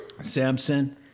Samson